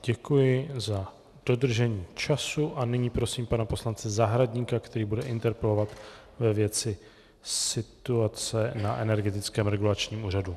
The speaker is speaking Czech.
Děkuji za dodržení času a nyní prosím pana poslance Zahradníka, který bude interpelovat ve věci situace na Energetickém regulačním úřadu.